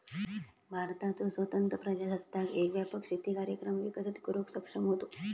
भारताचो स्वतंत्र प्रजासत्ताक एक व्यापक शेती कार्यक्रम विकसित करुक सक्षम होतो